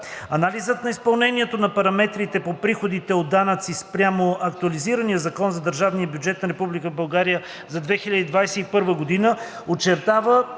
Анализът на изпълнението на параметрите по приходите от данъци спрямо актуализирания Закон за държавния бюджет на Република България за 2021 г. очертава